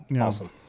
awesome